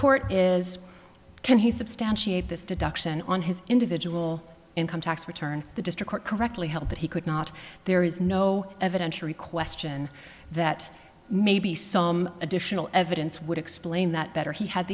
court is can he substantiate this deduction on his individual income tax return the district correctly held that he could not there is no evidentiary question that maybe some additional evidence would explain that better he had